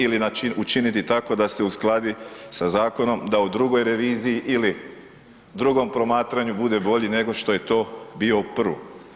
Ili učiniti tako da se uskladi sa zakonom, da u drugoj reviziji ili drugom promatranju bude bolji nego što je to bio u prvoj.